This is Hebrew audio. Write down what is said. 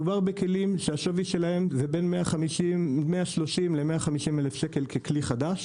מדובר בכלים שהשווי שלהם הוא בין 130 ל-150 אלף שקל ככלי חדש.